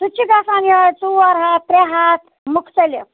سُہ تہِ چھُ گژھان یِہےَ ژور ہَتھ ترٛےٚ ہَتھ مُختٔلِف